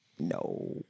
No